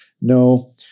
No